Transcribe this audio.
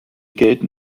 gelten